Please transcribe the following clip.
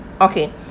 Okay